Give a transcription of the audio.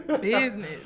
business